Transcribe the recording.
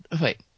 Wait